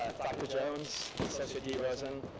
dr. jones, associate dean rosson,